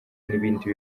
n’ibindi